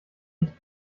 nicht